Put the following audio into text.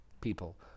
people